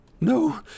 No